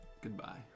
goodbye